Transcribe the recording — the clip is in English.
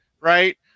right